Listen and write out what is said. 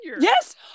Yes